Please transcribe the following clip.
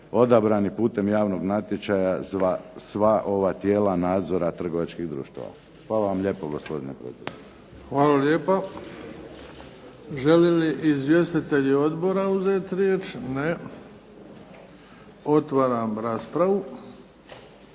odabrani putem javnog natječaja sva ova tijela nadzora trgovačkih društava. Hvala vam lijepo gospodine predsjedniče. **Bebić, Luka (HDZ)** Hvala lijepo. Žele li izvjestitelji Odbora uzeti riječ? Ne. Otvaram raspravu.